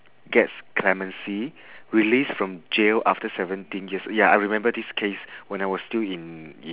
gets clemency release from jail after seventeen years ya I remember this case when I was still in in